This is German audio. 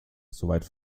soweit